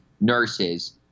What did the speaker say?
nurses